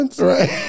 Right